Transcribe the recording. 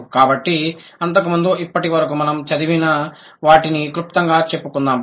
కాబట్టి అంతకు ముందు ఇప్పటివరకు మనం చదివిన వాటిని క్లుప్తంగా చెప్పుకుందాము